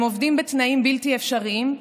הם עובדים בתנאים בלתי אפשריים,